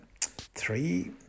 three